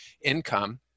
income